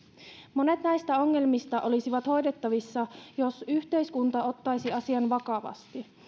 monet näistä ongelmista olisivat hoidettavissa jos yhteiskunta ottaisi asian vakavasti